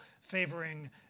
favoring